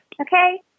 Okay